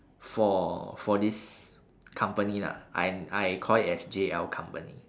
for for this company lah I'm I call it as J L company